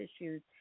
issues